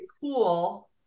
cool